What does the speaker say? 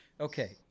okay